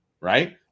right